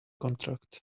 contract